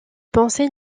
pensée